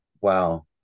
Wow